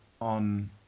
on